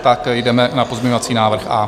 Tak jdeme na pozměňovací návrh A.